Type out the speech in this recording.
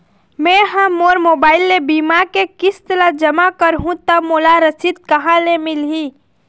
मैं हा मोर मोबाइल ले बीमा के किस्त ला जमा कर हु ता मोला रसीद कहां ले मिल ही?